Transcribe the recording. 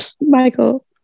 michael